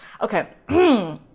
Okay